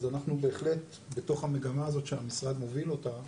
אז אנחנו בהחלט בתוך המגמה הזאת שהמשרד מוביל אותה,